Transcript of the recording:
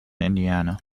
indiana